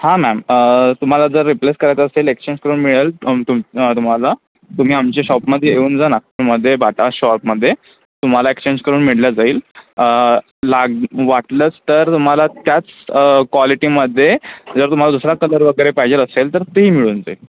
हा मॅम तुम्हाला जर रिप्लेस करायचं असेल एक्सचेंज करून मिळेल तुम तुम्हाला तुम्ही आमच्या शॉपमध्ये येऊन जा ना मध्ये बाटा शॉपमध्ये तुम्हाला एक्सचेंज करून मिळलं जाईल लाग वाटलंच तर तुम्हाला त्याच क्वालिटीमध्ये जर तुम्हाला दुसरा कलर वगैरे पाहिजेल असेल तर तेही मिळून जाईल